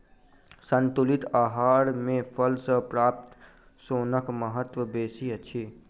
संतुलित आहार मे फल सॅ प्राप्त सोनक महत्व बेसी अछि